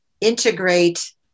integrate